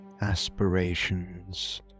aspirations